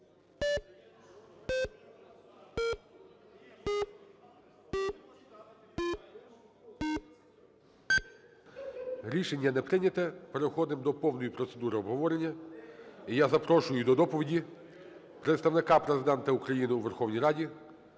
Рішення не прийнято. Переходимо до повної процедури обговорення. І я запрошую до доповіді Представника Президента України у Верховній Раді